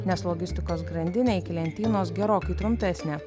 nes logistikos grandinė iki lentynos gerokai trumpesnė